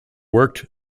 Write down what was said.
worked